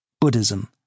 Buddhism